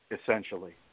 essentially